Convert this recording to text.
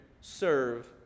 Serve